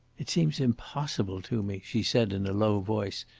it seems impossible to me, she said in a low voice,